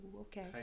okay